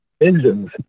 engines